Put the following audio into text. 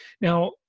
Now